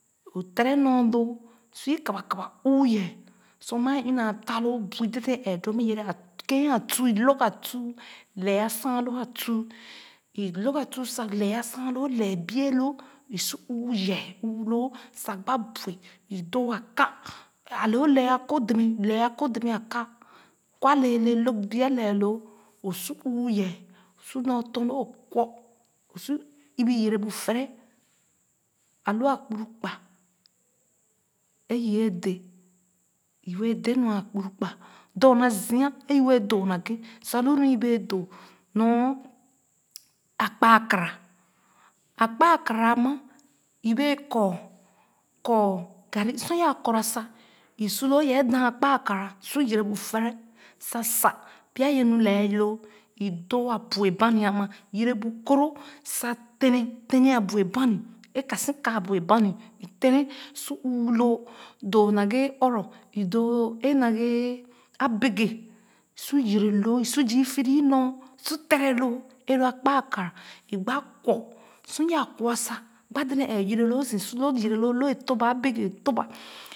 O tere nɔr loo su i kaba kaba ɔɔ yɛh sor maa ee ina taa loo bui dèdèn ee doo ama i yɛrɛ a kèèn a tūū lōg a tūu lɛ a saen loo a tuū i lōg a tuū sa lɛ a saen loo lɛh bieh i su uū yɛh uū loo sa gba bui i doo aka ale o le̱ a kor deme lɛ akor dɛmɛ aka kwa lɛɛle lōg bieh lee loo o su uū yɛh su nɔr tɔn loo o kwɔ o su ɛbi yɛrɛ bu fɛɛrɛ ah u a kpurukpa ee-yɛɛh dèè i iyɛn dɛɛ nua a kpurukpa dorna zia i wɛɛ doo naghe sa lu nu ee bee doo nor a kpa-a-kara akpa-a-kara a ma i bee kɔɔ kɔɔ garn’ sor yaa kɔra sa i su loo yaa daan a kpa-a-kara su yɛrɛ bu fɛrɛ sa sa pya yɛ nu lɛɛ loo i doo a bua-bani ama yerɛ bu kɔron sa tene tene a bua-ban’ ee ka si ka abua-bani ee tere sa su ɔɔ loo doo naghe ɔrɔ i doo naghe a bèke su yɛrɛ loo isu zii fiifi nɔr su tere loo ee lo a kpa-a-kara i gba kwɔ sor yaa kwɔ sa igba dèdèn ɛɛh yɛrɛ zii su lo yɛrɛ loo lo a tòp ba a bèkè top ba.